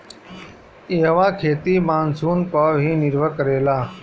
इहवा खेती मानसून पअ ही निर्भर करेला